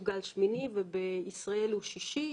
הוא גל שמיני ובישראל הוא שישי,